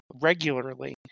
regularly